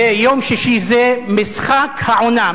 ביום שישי זה משחק העונה,